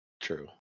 true